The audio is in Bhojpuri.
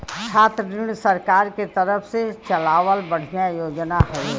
छात्र ऋण सरकार के तरफ से चलावल बढ़िया योजना हौवे